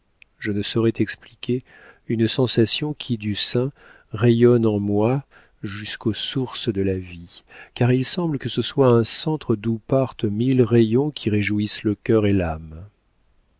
je ne saurais t'expliquer une sensation qui du sein rayonne en moi jusqu'aux sources de la vie car il semble que ce soit un centre d'où partent mille rayons qui réjouissent le cœur et l'âme